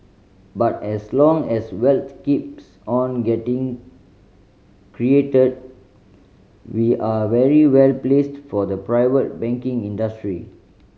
but as long as wealth keeps on getting created we are very well placed for the private banking industry